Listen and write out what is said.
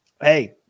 Hey